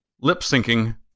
lip-syncing